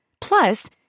Plus